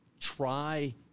try